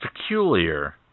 peculiar